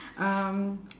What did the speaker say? um